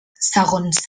segons